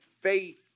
Faith